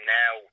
now